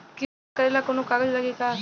किस्त जमा करे ला कौनो कागज लागी का?